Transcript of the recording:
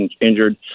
injured